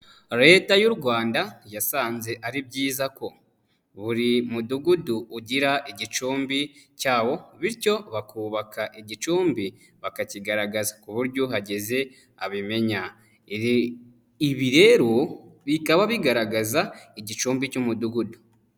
Leta y'u Rwanda yasanze ari byiza ko buri Mudugudu ugira igicumbi cyawo, bityo bakubaka igicumbi bakakigaragaza kuburyo uhageze abimenya, ibi rero bikaba bigaragaza igicumbi cy'Umudugudu.